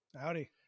Howdy